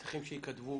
צריכים שייכתבו,